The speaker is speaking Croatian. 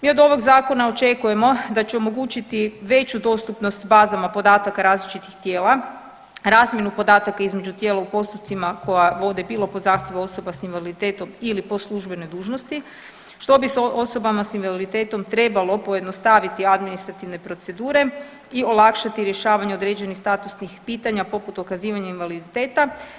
Mi od ovog zakona očekujemo da će omogućiti veću dostupnost bazama podataka različitih tijela, razmjenu podataka između tijela u postupcima koja vode bilo po zahtjevu osoba s invaliditetom ili po službenoj dužnosti što bi s osobama s invaliditetom trebalo pojednostaviti administrativne procedure i olakšati rješavanje određenih statusnih pitanja poput dokazivanja invaliditeta.